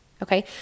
Okay